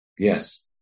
Yes